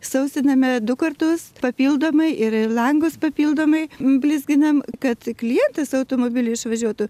sausiname du kartus papildomai ir langus papildomai blizginam kad klientas automobiliu išvažiuotų